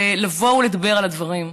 ולבוא ולדבר על הדברים,